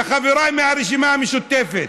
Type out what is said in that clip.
וחבריי מהרשימה המשותפת